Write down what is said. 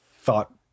thought